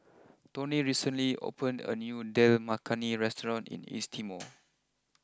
Toni recently opened a new Dal Makhani restaurant in East Timor